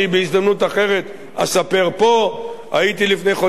אספר פה: הייתי לפני חודשים אחדים באל-פורעה,